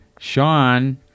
Sean